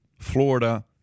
Florida